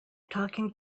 talking